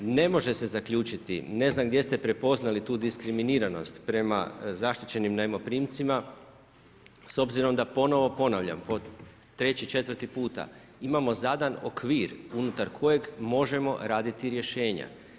Ne može se zaključiti, ne znam gdje ste prepoznali tu diskriminiranost prema zaštićenim zajmoprimcima s obzirom da ponovo ponavljam po treći, četvrti puta, imamo zadan okvir unutar kojeg možemo raditi rješenja.